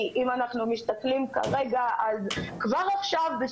כבר עכשיו,